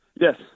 Yes